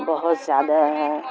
بہت زیادہ ہیں